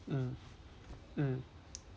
mm mm